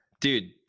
Dude